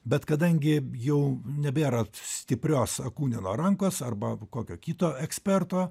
bet kadangi jau nebėra stiprios akunino rankos arba kokio kito eksperto